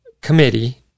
Committee